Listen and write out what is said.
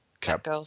Cap